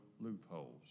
loopholes